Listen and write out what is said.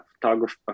photographer